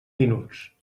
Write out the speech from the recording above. minuts